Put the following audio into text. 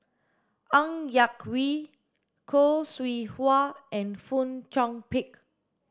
Ng Yak Whee Khoo Seow Hwa and Fong Chong Pik